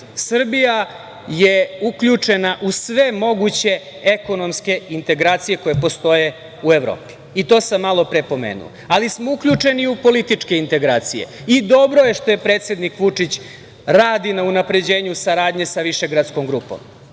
Srbija je uključena u sve moguće ekonomske integracije koje postoje u Evropi. To sam malopre pomenuo, ali smo uključeni u političke integracije. Dobro je što je predsednik Vučić radi na unapređenju saradnje sa višegradskom grupom.